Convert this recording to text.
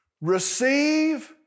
Receive